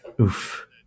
Oof